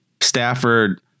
Stafford